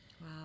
Wow